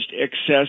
excess